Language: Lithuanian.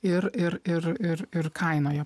ir ir ir ir ir kainoje